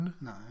No